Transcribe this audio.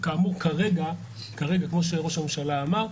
כרגע, כמו שראש הממשלה אמר,